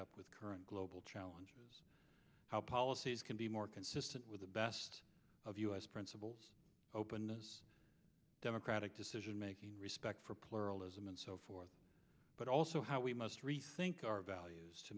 up with current global challenges how policies can be more consistent with the best of us principles openness democratic decisionmaking respect for pluralism and so forth but also how we must rethink our values to